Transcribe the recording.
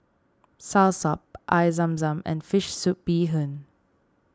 Soursop Air Zam Zam and Fish Soup Bee Hoon